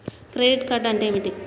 Credit card అంటే ఏమిటి?